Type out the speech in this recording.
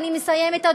אני מסיימת,